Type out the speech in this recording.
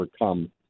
overcome